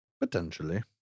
potentially